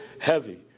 heavy